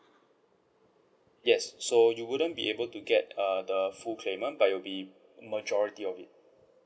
yes so you wouldn't be able to get err the full claimant but it will be majority of it